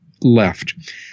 left